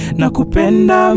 nakupenda